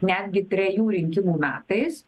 netgi trejų rinkimų metais